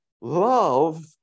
Love